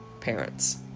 parents